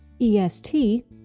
EST